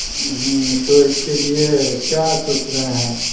ہوں تو اس کے لیے کیا سوچ رہے ہیں